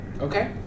okay